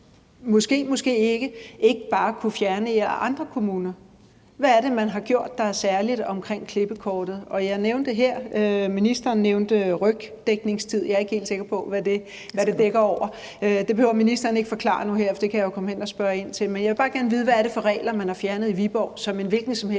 måske/måske ikke ikke bare kunne fjerne i andre kommuner. Hvad er det, man har gjort, der er særligt, i forhold til klippekortet? Ministeren nævnte rygdækningstid, og jeg er ikke helt sikker på, hvad det dækker over. Det behøver ministeren ikke forklare nu her, for det kan jeg jo komme hen og spørge ind til. Men jeg vil bare gerne vide, hvad det er for regler, man har fjernet i Viborg, som en hvilken som helst